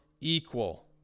equal